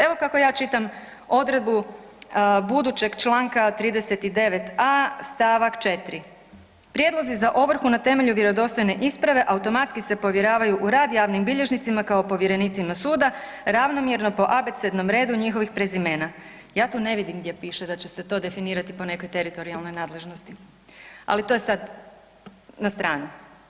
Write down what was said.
Evo kako ja čitam odredbu budućeg Članka 39a. stavak 4. prijedlozi za ovrhu na temelju vjerodostojne isprave automatski se povjeravaju u rad javnim bilježnicima kao povjerenicima suda ravnomjerno po abecednom redu njihovih prezimena, ja tu ne vidim gdje piše da će se to definirati po nekoj teritorijalnoj nadležnosti, ali to je sad, nastranu.